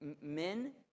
men